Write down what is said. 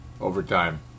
overtime